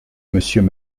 monsieur